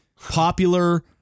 popular